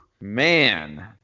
man